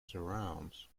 surrounds